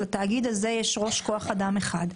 לתאגיד הזה יש ראש כוח אדם אחד.